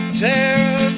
tear